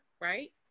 right